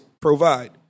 provide